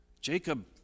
Jacob